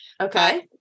Okay